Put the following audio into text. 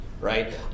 right